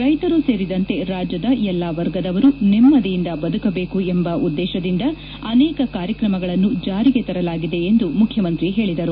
ರೈತರು ಸೇರಿದಂತೆ ರಾಜ್ಯದ ಎಲ್ಲಾ ವರ್ಗದವರು ನೆಮ್ನದಿಯಿಂದ ಬದುಕಬೇಕು ಎಂಬ ಉದ್ದೇಶದಿಂದ ಅನೇಕ ಕಾರ್ಯಕ್ರಮಗಳನ್ನು ಜಾರಿಗೆ ತರಲಾಗಿದೆ ಎಂದು ಮುಖ್ಯಮಂತ್ರಿ ಹೇಳಿದರು